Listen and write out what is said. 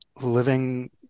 living